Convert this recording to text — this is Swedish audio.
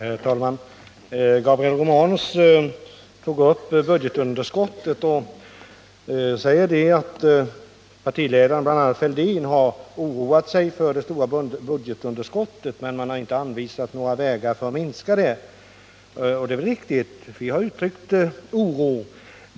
Herr talman! Gabriel Romanus tog upp budgetunderskottet och sade att partiledarna, bl.a. Fälldin, oroat sig för det men inte anvisat några vägar för att minska det. Det är riktigt att vi har uttryckt oro.